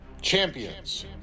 Champions